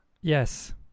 yes